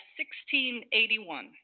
1681